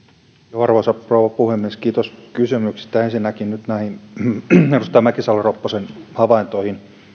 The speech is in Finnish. arvoisa rouva puhemies kiitos kysymyksistä ensinnäkin edustaja mäkisalo ropposen havaintoihin